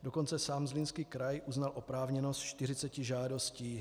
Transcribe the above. Dokonce sám Zlínský kraj uznal oprávněnost 40 žádostí.